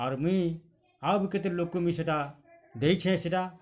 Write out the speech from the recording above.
ଆର୍ ମୁଇଁ ଆଉ ବି କେତେ ଲୋକ୍ ମି ସେଟା ଦେଇଛେଁ ସେଟା